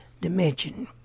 dimension